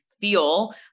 feel